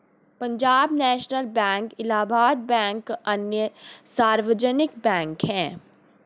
Punjab national bank Allahabad bank अन्य सार्वजनिक bank है